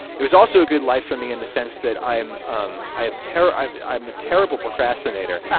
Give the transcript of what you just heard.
it was also a good life for me in the sense that i am um i have terror. i'm i'm a terrible procrastinator.